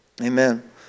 Amen